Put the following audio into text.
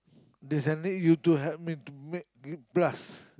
does that make you have to make me to a plus